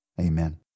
amen